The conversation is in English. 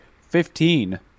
Fifteen